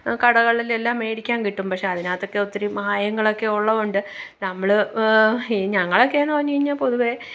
കടകളിലെല്ലാം മേടിക്കാന് കിട്ടും പക്ഷെ അതിനകത്തൊക്കെ ഒത്തിരി മായങ്ങളൊക്കെ ഉള്ളതു കൊണ്ട് നമ്മൾ ഞങ്ങളൊക്കെയെന്നു പറഞ്ഞു കഴിഞ്ഞാൽ പൊതുവേ